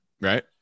Right